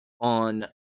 on